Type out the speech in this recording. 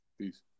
Peace